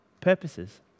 purposes